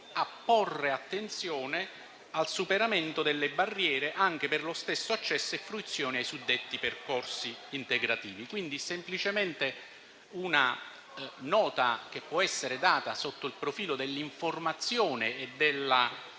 di porre attenzione al superamento delle barriere, per l'accesso stesso e la fruizione dei suddetti percorsi integrativi. È semplicemente una nota che può essere aggiunta sotto il profilo dell'informazione e della